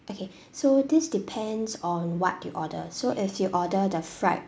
okay so this depends on what you order so if you order the fried